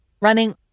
Running